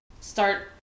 start